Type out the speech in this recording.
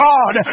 God